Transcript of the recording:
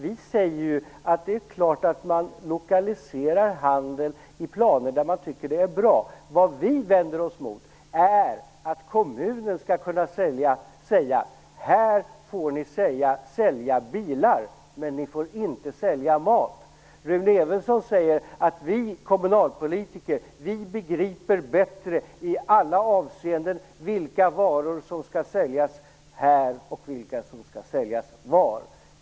Vi säger ju att det är klart att man lokaliserar handeln i planer där man tycker det är bra. Vad vi vänder oss mot är att kommunen skall kunna säga: Här får ni sälja bilar, men ni får inte sälja mat. Rune Evensson säger att kommunalpolitiker begriper bättre i alla avseenden vilka varor som skall säljas var.